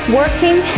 working